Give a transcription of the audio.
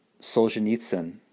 Solzhenitsyn